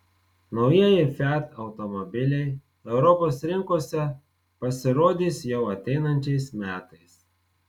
naujieji fiat automobiliai europos rinkose pasirodys jau ateinančiais metais